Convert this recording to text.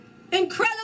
incredible